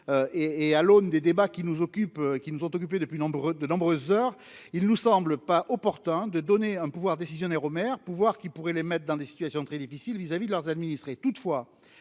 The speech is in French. et à l'aune des débats qui nous occupe, qui nous ont occupés depuis nombre de nombreuses heures, il nous semble pas opportun de donner un pouvoir décisionnaire Omer pouvoir qui pourrait les mettent dans des situations très difficiles vis-à-vis de leurs administrés,